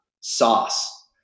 sauce